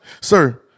sir